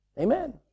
Amen